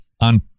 on